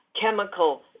chemical